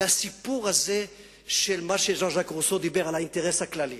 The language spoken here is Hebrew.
מהסיפור הזה של מה שז'אן ז'אק רוסו דיבר על האינטרס הכללי.